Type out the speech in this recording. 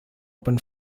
open